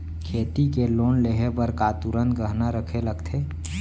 खेती के लोन लेहे बर का तुरंत गहना रखे लगथे?